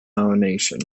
nomination